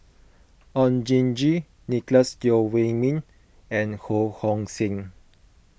Oon Jin Gee Nicolette Teo Wei Min and Ho Hong Sing